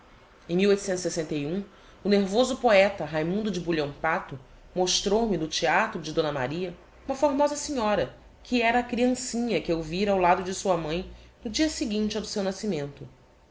em o nervoso poeta raymundo de bulhão pato mostrou-me no theatro de d maria uma formosa senhora que era a criancinha que eu vira ao lado de sua mãi no dia seguinte ao do seu nascimento